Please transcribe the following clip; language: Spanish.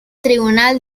tribunal